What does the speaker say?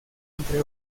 entre